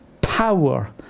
power